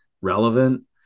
relevant